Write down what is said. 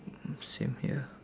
same here